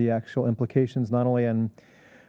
the actual implications not only and